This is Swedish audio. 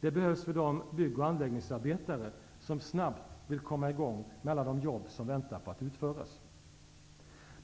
Det behövs för de bygg och anläggningsarbetare som snabbt vill komma i gång med alla de jobb som väntar på att utföras.